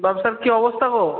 ব্যবসার কি অবস্থা গো